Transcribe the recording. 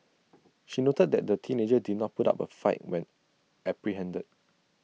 she noted that the teenager did not put up A fight when apprehended